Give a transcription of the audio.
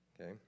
Okay